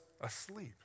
asleep